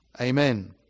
Amen